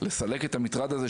לסלק את המטרד הזה,